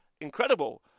incredible